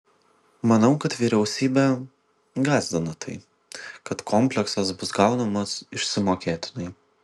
manau kad vyriausybę gąsdina tai kad kompleksas bus gaunamas išsimokėtinai